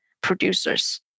producers